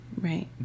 Right